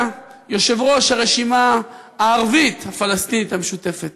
אתה, יושב-ראש הרשימה הערבית הפלסטינית המשותפת,